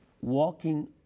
walking